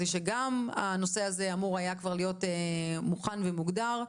שגם הנושא הזה אמור היה כבר להיות מוכן ומוגדר.